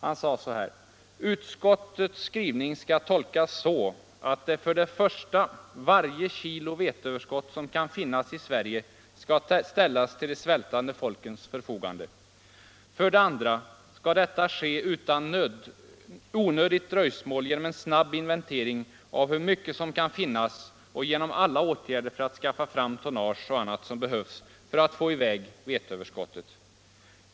Han sade att ”utskottets skrivning skall tolkas så att för det första varje kilo veteöverskott som kan finnas i Sverige skall ställas till de svältande folkens förfogande. För det andra skall detta ske utan onödigt dröjsmål genom en snabb inventering av hur mycket som kan finnas och genom alla åtgärder för att snabbt skaffa fram tonnage och annat som behövs för att få i väg veteöverskottet.